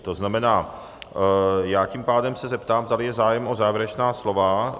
To znamená, já se tím pádem zeptám, zdali je zájem o závěrečná slova?